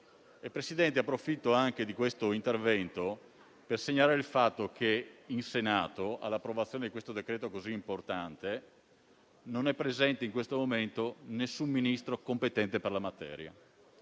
Presidente, approfitto anche di questo intervento per segnalare il fatto che in Senato, all'approvazione di questo decreto-legge così importante, non è presente in questo momento alcun Ministro competente per la materia.